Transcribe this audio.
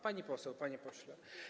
Pani poseł, panie pośle.